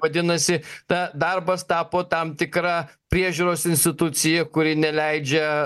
vadinasi ta darbas tapo tam tikra priežiūros institucija kuri neleidžia